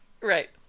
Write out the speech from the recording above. right